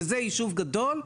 וזה יישוב גדול,